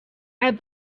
add